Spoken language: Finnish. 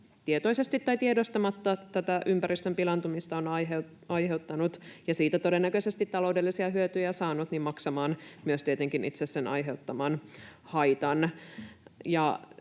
tietoisesti tai tiedostamatta tätä ympäristön pilaantumista on aiheuttanut ja siitä todennäköisesti taloudellisia hyötyjä saanut, maksamaan myös tietenkin itse sen aiheuttamansa haitan.